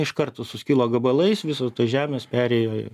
iš karto suskilo gabalais visos tos žemės perėjo